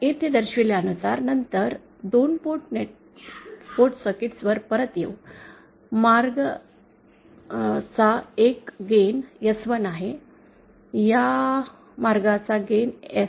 येथे दर्शविल्यानुसार नंतर 2 पोर्ट सर्किट वर परत येऊ मार्ग चा 1 गेन S1 आहे या मार्गाचा गेन S1